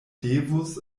devus